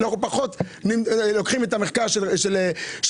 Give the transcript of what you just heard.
אנחנו פחות לוקחים את המחקר של הכנסת.